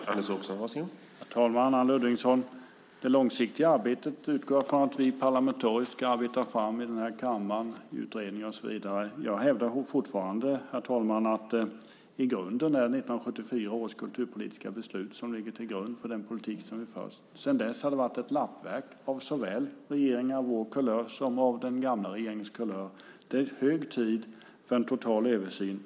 Herr talman! När det gäller det långsiktiga arbetet utgår jag från att vi parlamentariskt ska arbeta fram det i kammaren, i utredningar och så vidare. Jag hävdar fortfarande att det är 1974 års kulturpolitiska beslut som ligger till grund för den politik som vi för. Sedan dess har det varit ett lappverk av regeringar av såväl vår kulör som av den gamla regeringens kulör. Det är hög tid för en total översyn.